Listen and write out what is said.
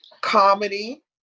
Comedy